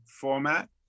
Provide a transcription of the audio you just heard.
format